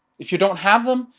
if you don't have them,